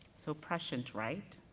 so prescient, right?